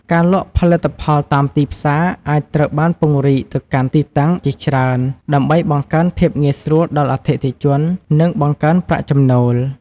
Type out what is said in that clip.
ការលក់ផលិតផលតាមទីផ្សារ អាចត្រូវបានពង្រីកទៅកាន់ទីតាំងជាច្រើនដើម្បីបង្កើនភាពងាយស្រួលដល់អតិថិជន និងបង្កើនប្រាក់ចំណូល។